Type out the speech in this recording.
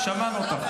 שמענו אותך.